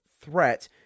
threat